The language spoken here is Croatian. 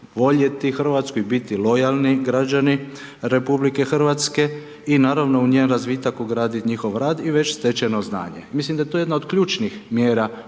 voljeti Hrvatsku i biti lojalni građani RH i naravno njen razvitak ugradit njihov rad i već stečeno znanje. Mislim da je to jedna od ključnih mjera